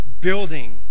building